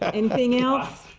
anything else?